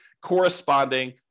corresponding